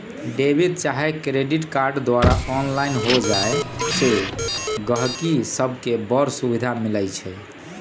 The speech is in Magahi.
डेबिट चाहे क्रेडिट कार्ड द्वारा ऑनलाइन हो जाय से गहकि सभके बड़ सुभिधा मिलइ छै